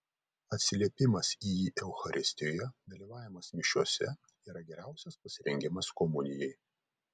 atsiliepimas į jį eucharistijoje dalyvavimas mišiose yra geriausias pasirengimas komunijai